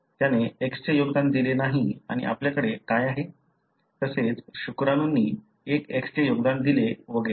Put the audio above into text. त्याने X चे योगदान दिले नाही आणि आपल्याकडे काय आहे तसेच शुक्राणूंनी एक X चे योगदान दिले वगैरे